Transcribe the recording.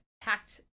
packed